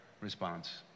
response